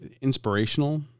inspirational